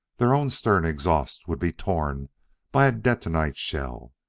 their own stern exhaust would be torn by a detonite shell,